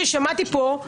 בניגוד לדברים ששמעתי פה,